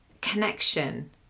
connection